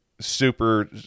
super